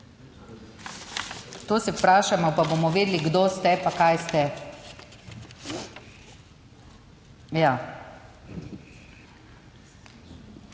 To se vprašamo, pa bomo vedeli, kdo ste, pa kaj ste.